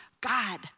God